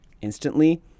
instantly